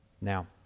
Now